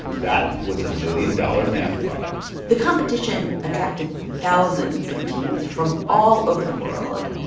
that was a million-dollar math problem the competition attracted thousands of teams from all over the world,